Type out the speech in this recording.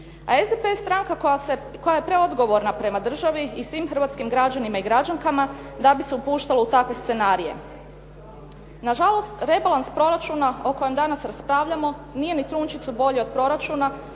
A SDP je stranka koja je preodgovorna prema državi i svim hrvatskim građanima i građankama da bi se upuštalo u takve scenarije. Nažalost, rebalans proračuna o kojem danas raspravljamo nije ni trunčicu bolji od proračuna